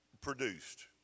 produced